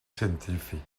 científic